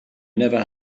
never